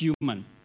human